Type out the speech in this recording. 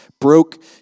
broke